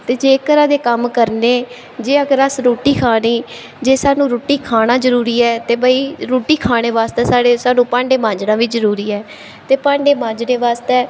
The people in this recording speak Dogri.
ते जे घरै दे कम्म करने जे अगर अस रुट्टी खानी जे सानूं रुट्टी खाना जरूरी ते भाई रुट्टी खाने बास्तै साढ़े सानूं भांडे मांजनां बी जरूरी ऐ ते भांडे मांजनें बास्तै